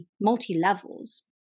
multi-levels